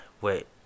wait